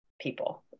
people